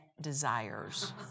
desires